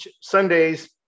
Sundays